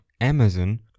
Amazon